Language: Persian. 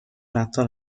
رفتار